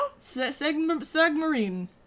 Sagmarine